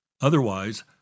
Otherwise